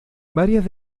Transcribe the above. varias